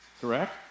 Correct